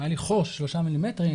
היה לי חור של שלושה מילימטרים,